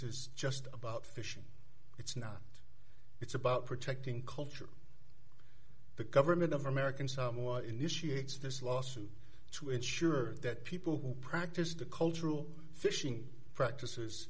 is just about fishing it's not it's about protecting culture the government of americans are more initiated this lawsuit to ensure that people who practice the cultural fishing practices